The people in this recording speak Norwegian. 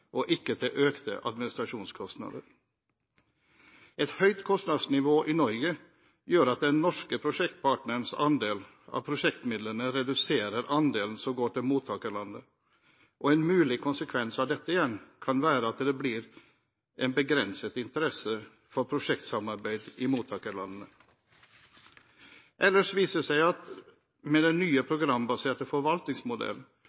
og ikke til økte administrasjonskostnader. Et høyt kostnadsnivå i Norge gjør at den norske prosjektpartnerens andel av prosjektmidlene reduserer andelen som går til mottakerlandet, og en mulig konsekvens av dette igjen kan være at det blir en begrenset interesse for prosjektsamarbeid i mottakerlandene. Ellers viser det seg at med den nye